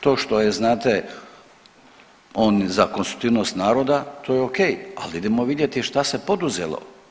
To što je znate on za konstitutivnost naroda to je o.k. Ali idemo vidjeti šta se poduzelo?